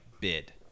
bid